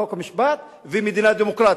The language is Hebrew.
חוק ומשפט ומדינה דמוקרטית.